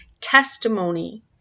testimony